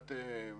אם